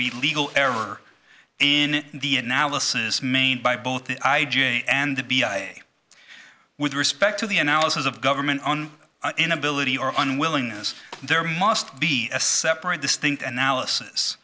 be legal error in the analysis main by both the i j and the b i with respect to the analysis of government on inability or unwillingness there must be a separate distinct analysis